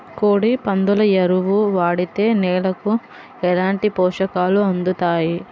కోడి, పందుల ఎరువు వాడితే నేలకు ఎలాంటి పోషకాలు అందుతాయి